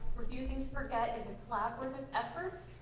refusing to forget is a collaborative effort